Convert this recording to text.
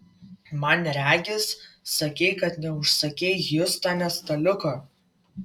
man regis sakei kad neužsakei hjustone staliuko